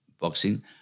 boxing